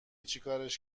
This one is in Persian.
چیکارش